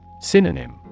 Synonym